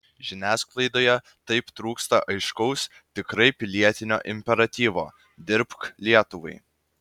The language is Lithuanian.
žiniasklaidoje taip trūksta aiškaus tikrai pilietinio imperatyvo dirbk lietuvai